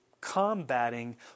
combating